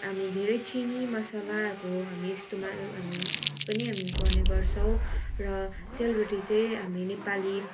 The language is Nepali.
हामी धेरै चिनी मसलाहरूको हामी इस्तमाल हामी पनि हामी गर्ने गर्छौँ र सेलरोटी चाहिँ हामी नेपाली